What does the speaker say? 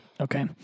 Okay